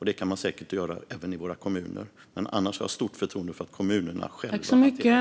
Det kan man säkert göra även i våra kommuner. Jag har stort förtroende för att kommunerna hanterar den frågan själva.